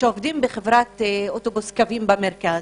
שעובדים בחברת "קוים" במרכז.